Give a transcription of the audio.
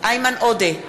איימן עודה,